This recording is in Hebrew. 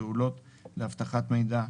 "פעולות לאבטחת מידע",